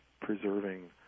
preserving